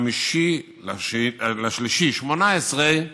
5 במרס 2018,